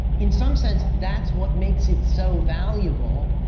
in some sense, that's what makes it so valuable,